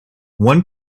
one